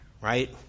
Right